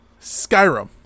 Skyrim